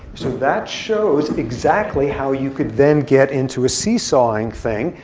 so that shows exactly how you could then get into a see-sawing thing,